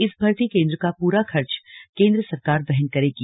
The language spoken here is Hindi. इस भर्ती केन्द्र का पूरा खर्च केंद्र सरकार वहन करेगी